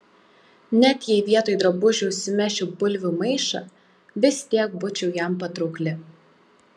net jei vietoj drabužių užsimesčiau bulvių maišą vis tiek būčiau jam patraukli